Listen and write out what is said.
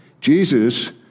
Jesus